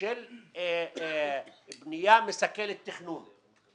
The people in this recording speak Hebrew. של בנייה מסכנת תכנון.